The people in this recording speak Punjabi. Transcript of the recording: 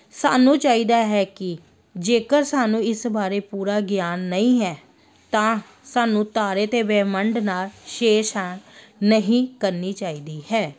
ਸਾਨੂੰ ਚਾਹੀਦਾ ਹੈ ਕਿ ਜੇਕਰ ਸਾਨੂੰ ਇਸ ਬਾਰੇ ਪੂਰਾ ਗਿਆਨ ਨਹੀਂ ਹੈ ਤਾਂ ਸਾਨੂੰ ਤਾਰੇ ਅਤੇ ਬ੍ਰਹਿਮੰਡ ਨਾਲ ਛੇੜ ਛਾੜ ਨਹੀਂ ਕਰਨੀ ਚਾਹੀਦੀ ਹੈ